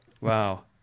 Wow